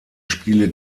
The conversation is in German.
spiele